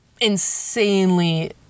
insanely